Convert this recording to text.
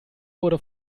wurde